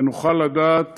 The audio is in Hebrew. ונוכל לדעת